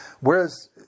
Whereas